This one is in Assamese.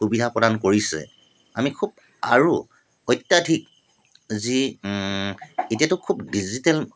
সুবিধা প্ৰদান কৰিছে আমি খুব আৰু অত্যাধিক যি এতিয়াটো খুব ডিজিটেল